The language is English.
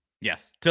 yes